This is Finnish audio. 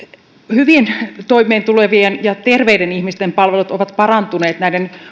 hyvin toimeen tulevien ja terveiden ihmisten palvelut ovat parantuneet